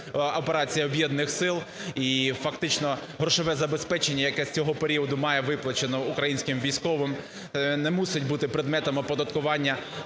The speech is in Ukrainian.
операція Об'єднаних сил і фактично грошове забезпечення, яке з цього періоду має виплачено українським військовим, не мусить бути предметом оподаткування